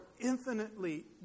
infinitely